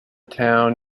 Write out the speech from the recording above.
town